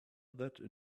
that